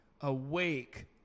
Awake